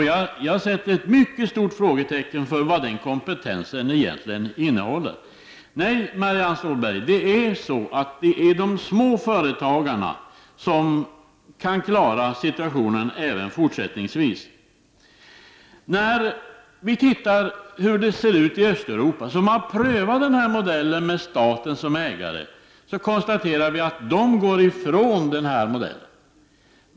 Jag sätter ett mycket stort frågetecken för vad den kompetensen egentligen innebär. Nej, Marianne Stålberg, det är de små företagarna som kan klara situationen även fortsättningsvis. När vi tittar på situationen i Östeuropa, där man har prövat modellen med staten som ägare, kan vi konstatera att Östeuropa går ifrån den modellen.